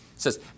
says